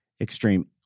extreme